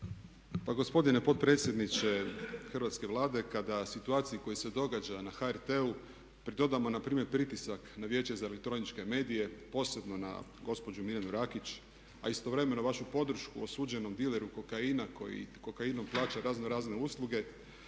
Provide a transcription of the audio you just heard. Pa gospodine potpredsjedniče hrvatske Vlade, kada situaciji koja se događa na HRT-u pridodamo npr. pritisak na Vijeće za elektroničke medije, posebno na gospođu Mirjanu Rakić a istovremeno vašu podršku osuđenom dileru kokaina koji kokainom plaća razno razne usluge,